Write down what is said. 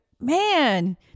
man